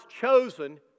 chosen